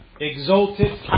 exalted